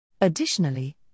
Additionally